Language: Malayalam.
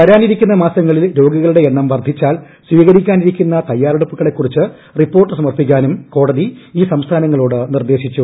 വരാനിരിക്കുന്ന മാസങ്ങളിൽ രോഗികളുടെ എണ്ണം വർധിച്ചാൽ സ്വീകരിക്കാനിരിക്കുന്ന തയ്യാറെടുപ്പുകളെ കുറിച്ച് റിപ്പോർട്ട് സമർപ്പിക്കാനും കോടതി ഈ സംസ്ഥാനങ്ങളോട് നിർദ്ദേശിച്ചു